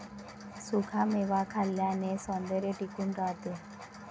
सुखा मेवा खाल्ल्याने सौंदर्य टिकून राहते